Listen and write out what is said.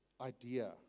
idea